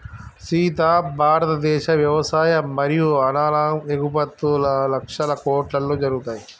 సీత భారతదేశ వ్యవసాయ మరియు అనాలం ఎగుమతుం లక్షల కోట్లలో జరుగుతాయి